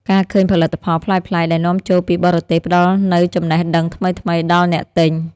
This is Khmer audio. ការឃើញផលិតផលប្លែកៗដែលនាំចូលពីបរទេសផ្ដល់នូវចំណេះដឹងថ្មីៗដល់អ្នកទិញ។